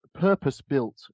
purpose-built